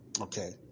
Okay